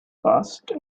passed